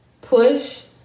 push